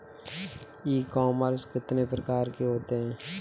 ई commerce कितने प्रकार के होते हैं?